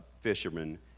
fishermen